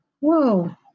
whoa